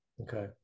Okay